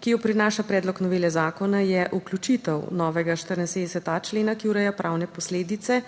ki jo prinaša predlog novele zakona, je vključitev novega 74. člena, ki ureja pravne posledice